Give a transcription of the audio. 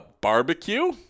barbecue